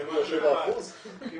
אני